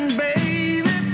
baby